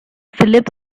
philip